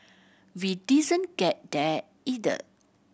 we didn't get that either